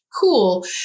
cool